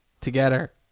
together